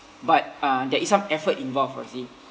but uh there is some effort involved fauzi